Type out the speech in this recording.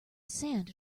sand